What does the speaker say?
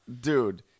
Dude